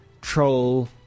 troll